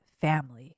family